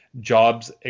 jobs